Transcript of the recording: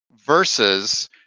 versus